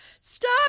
Stop